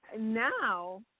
now